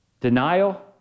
Denial